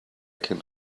can